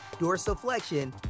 dorsiflexion